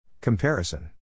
Comparison